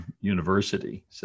university